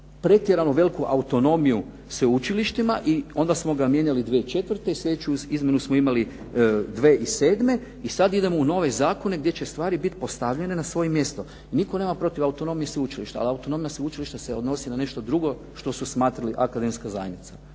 pretjerano veliku autonomiju sveučilištima i onda smo ga mijenjali 2004. i sljedeću izmjenu smo imali 2007. i sad idemo u nove zakone gdje će stvari bit postavljene na svoje mjesto. Nitko nema protiv autonomije sveučilišta, ali autonomija sveučilišta se odnosi na nešto drugo što su smatrali akademska zajednica.